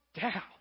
down